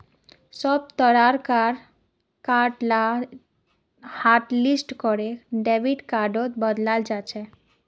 सब तरह कार कार्ड लाक हाटलिस्ट करे डेबिट कार्डत बदलाल जाछेक